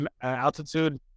altitude